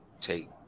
take